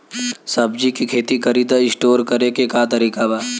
सब्जी के खेती करी त स्टोर करे के का तरीका बा?